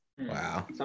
Wow